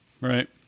Right